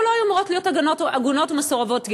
לא היו אמורות להיות עגונות ומסורבות גט.